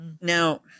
now